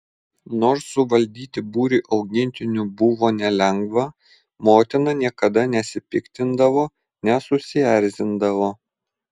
nors suvaldyti būrį augintinių buvo nelengva motina niekada nesipiktindavo nesusierzindavo